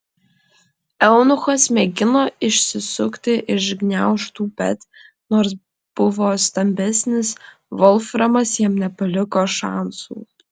eunuchas mėgino išsisukti iš gniaužtų bet nors buvo stambesnis volframas jam nepaliko šansų